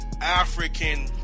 African